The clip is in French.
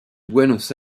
buenos